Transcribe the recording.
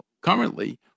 currently